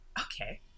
Okay